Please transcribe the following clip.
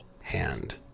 hand